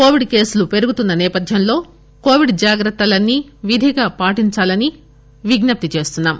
Covid కేసులు పెరుగుతున్న నేపథ్యంలో కోవిడ్ జాగ్రత్తలన్నీ విధిగా పాటిందాలని విజ్ఞప్తి చేస్తున్నాం